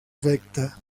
recta